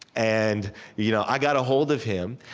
and you know i got a hold of him,